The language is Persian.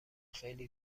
خیلی